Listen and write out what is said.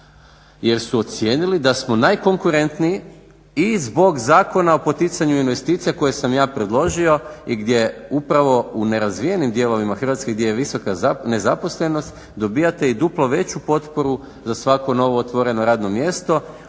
jer su ocijenili da smo najkonkurentniji i zbog Zakona o poticanju investicija koje sam ja predložio i gdje upravo u nerazvijenim dijelovima Hrvatske gdje je visoka nezaposlenost dobijate i duplo veću potporu za svako novo otvoreno radno mjesto